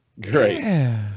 Great